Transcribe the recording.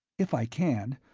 if i can.